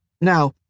Now